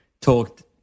talked